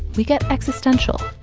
we get existential.